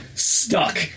Stuck